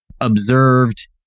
observed